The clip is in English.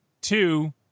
Two